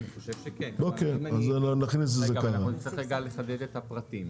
אני חושב שכן, אבל נצטרך לחדד את הפרטים.